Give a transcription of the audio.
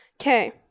Okay